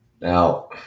Now